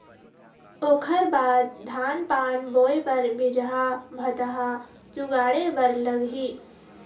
ओखर बाद धान पान बोंय बर बीजहा भतहा जुगाड़े बर लगही